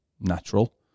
natural